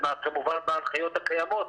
כמובן בהנחיות הקיימות.